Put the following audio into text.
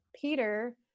Peter